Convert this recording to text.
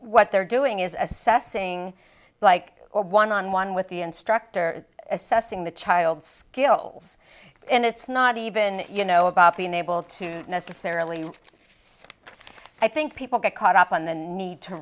what they're doing is assessing like or one on one with the instructor assessing the child skills and it's not even you know about being able to necessarily i think people get caught up on the need to